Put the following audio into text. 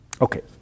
Okay